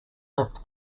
left